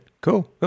Cool